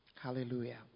hallelujah